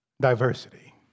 diversity